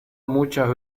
muchas